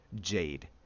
jade